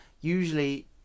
usually